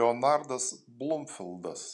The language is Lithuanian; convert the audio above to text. leonardas blumfildas